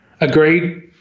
Agreed